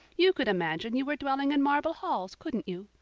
you could imagine you were dwelling in marble halls, couldn't you?